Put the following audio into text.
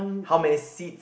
how many seeds